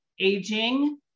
aging